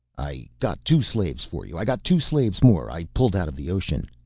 i got two slaves for you. i got two slaves more i pulled out of the ocean.